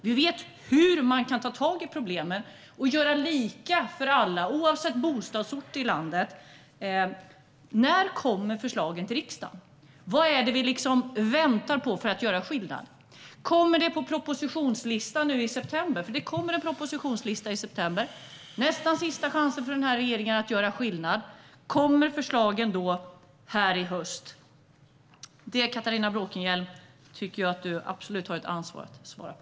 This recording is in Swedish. Vi vet hur man kan ta tag i problemen och göra lika för alla, oavsett bostadsort i landet. Men när kommer förslagen till riksdagen? Vad är det vi väntar på för att kunna göra skillnad? Det kommer en propositionslista i september. Det är nästan sista chansen för den här regeringen att göra skillnad. Kommer förslagen här i höst? Det, Catharina Bråkenhielm, tycker jag att du absolut har ett ansvar att svara på.